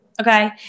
Okay